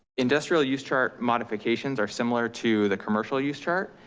industrial use chart modifications are similar to the commercial use chart.